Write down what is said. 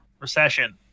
recession